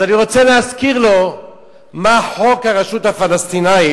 אז אני רוצה להזכיר לו מה חוק הרשות הפלסטינית,